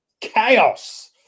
chaos